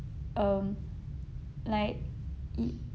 um like it